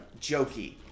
jokey